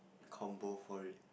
combo for it